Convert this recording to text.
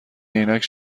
عینک